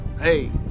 Hey